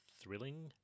thrilling